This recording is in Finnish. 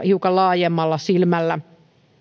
hiukan laajemmalla silmällä